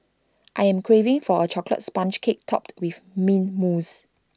I am craving for A Chocolate Sponge Cake Topped with Mint Mousse